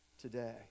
today